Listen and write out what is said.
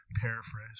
Paraphrase